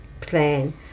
plan